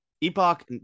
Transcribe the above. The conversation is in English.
Epoch